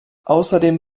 außerdem